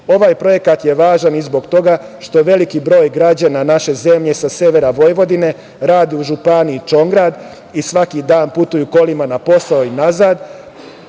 Ovaj projekat je važan i zbog toga što veliki broj građana naše zemlje sa severa Vojvodine radi u županiji Čongrad i svaki dan putuju kolima na posao i nazad.